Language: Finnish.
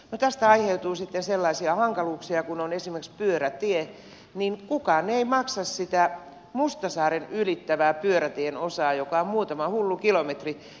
no tästä aiheutuu sitten sellaisia hankaluuksia että kun on esimerkiksi pyörätie niin kukaan ei maksa sitä mustasaaren ylittävää pyörätien osaa joka on muutama hullu kilometri